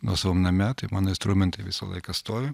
nuosavam name tai mano istrumentai visą laiką stovi